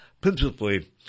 principally